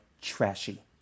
trashy